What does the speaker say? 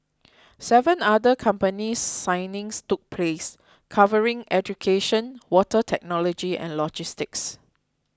seven other company signings took place covering education water technology and logistics